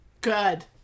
Good